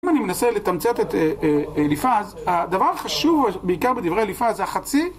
אם אני מנסה לתמצת את אליפז, הדבר החשוב, בעיקר בדברי אליפז, זה החצי...